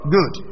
Good